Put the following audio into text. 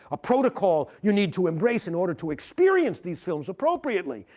a protocol you need to embrace in order to experience these films appropriately.